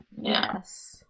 Yes